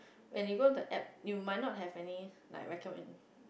when you go into app you might not have any like recommend